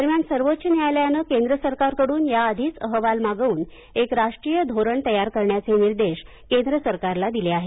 दरम्यान सर्वोच्च न्यायालयानं केंद्र सरकारकडुन या आधीच अहवाल मागवून एक राष्ट्रीय धोरण तयार करण्याचे निर्देश केंद्र सरकारला दिले आहेत